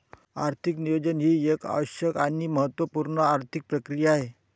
आर्थिक नियोजन ही एक आवश्यक आणि महत्त्व पूर्ण आर्थिक प्रक्रिया आहे